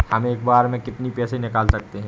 हम एक बार में कितनी पैसे निकाल सकते हैं?